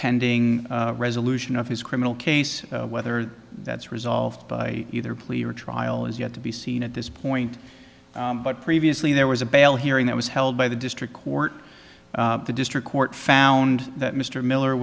pending resolution of his criminal case whether that's resolved by either plea or a trial is yet to be seen at this point but previously there was a bail hearing that was held by the district court the district court found that mr miller